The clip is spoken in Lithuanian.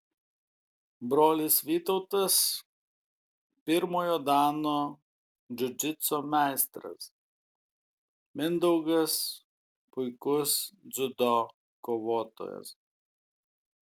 brolis vytautas pirmojo dano džiudžitso meistras mindaugas puikus dziudo kovotojas